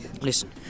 Listen